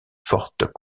fortes